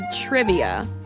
trivia